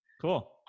Cool